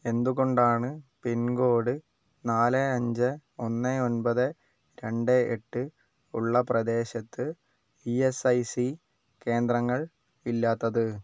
എന്തുകൊണ്ടാണ് പിൻകോഡ് നാല് അഞ്ച് ഒന്ന് ഒൻപത് രണ്ട് എട്ട് ഉള്ള പ്രദേശത്ത് ഇ എസ് ഐ സി കേന്ദ്രങ്ങൾ ഇല്ലാത്തത്